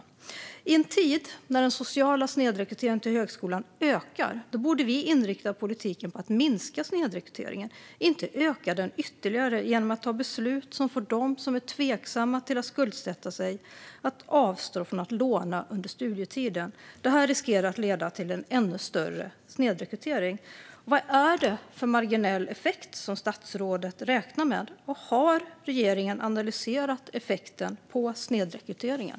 I en tid när den sociala snedrekryteringen till högskolan ökar borde vi inrikta politiken på att minska snedrekryteringen i stället för att öka den ytterligare genom att ta beslut som får dem som är tveksamma till att skuldsätta sig att avstå från att låna under studietiden. Det här riskerar att leda till en ännu större snedrekrytering. Vad är det för marginell effekt som statsrådet räknar med, och har regeringen analyserat effekten på snedrekryteringen?